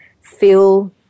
feel